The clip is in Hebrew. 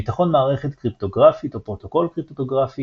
ביטחון מערכת קריפטוגרפית או פרוטוקול קריפטוגרפי